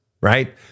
right